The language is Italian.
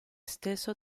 stesso